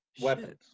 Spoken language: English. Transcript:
Weapons